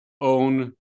own